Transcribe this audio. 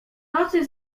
nocy